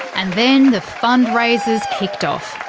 and then the fundraisers kicked off,